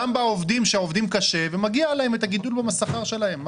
גם בעובדים שעובדים קשה ומגיע להם הגידול בשכר שלהם.